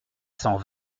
cent